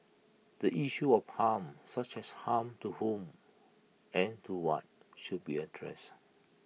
the issue of harm such as harm to whom and to what should be addressed